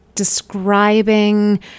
describing